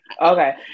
okay